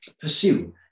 pursue